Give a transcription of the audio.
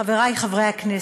חברי חברי הכנסת,